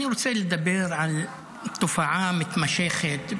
אני רוצה לדבר על תופעה מתמשכת,